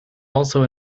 also